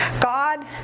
God